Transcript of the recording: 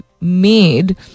made